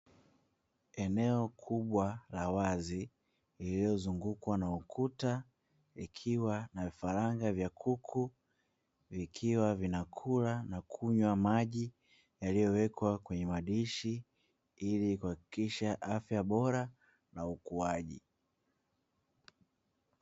Eneo kubwa la wazi lililozungukwa na ukuta, likiwa na vifaranga vya kuku vikiwa vinakula na kunywa maji yaliyowekwa kwenye madishi ili kuhakikisha afya bora na ukuaji.